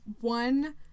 one